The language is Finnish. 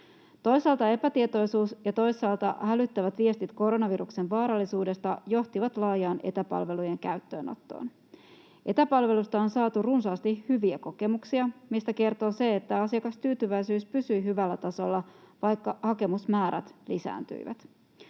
Toisaalta epätietoisuus ja toisaalta hälyttävät viestit koronaviruksen vaarallisuudesta johtivat laajaan etäpalvelujen käyttöönottoon. Etäpalveluista on saatu runsaasti hyviä kokemuksia, mistä kertoo se, että asiakastyytyväisyys pysyi hyvällä tasolla, vaikka hakemusmäärät lisääntyivät.